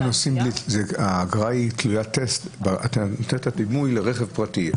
אני מביא דימוי לרכב פרטי.